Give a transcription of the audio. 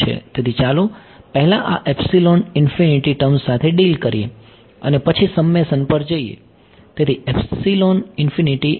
તેથી ચાલો પહેલા આ એપ્સીલોન ઇન્ફીનિટી ટર્મ્સ સાથે ડીલ કરીએ અને પછી સમ્મેશન પર જઈએ